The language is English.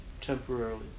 temporarily